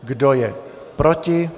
Kdo je proti?